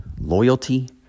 loyalty